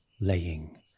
laying